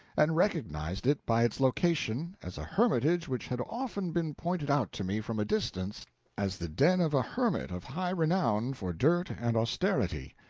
and recognized it by its location as a hermitage which had often been pointed out to me from a distance as the den of a hermit of high renown for dirt and austerity.